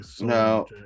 no